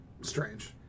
strange